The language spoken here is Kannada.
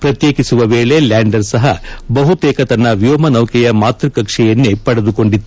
ಪ್ರತ್ಯೇಕಿಸುವ ವೇಳೆ ಲ್ಯಾಂಡರ್ ಸಹ ಬಹುತೇಕ ತನ್ನ ವ್ಯೋಮ ನೌಕೆಯ ಮಾತ್ವಕಕ್ಷೆಯನ್ನೇ ಪಡೆದುಕೊಂಡಿತ್ತು